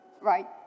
right